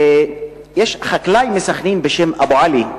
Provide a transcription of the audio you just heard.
יש חקלאי מסח'נין בשם אבו עלי,